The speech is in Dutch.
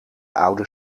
oude